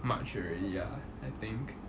much already lah I think